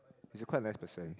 he's a quite nice person